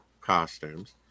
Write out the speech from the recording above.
costumes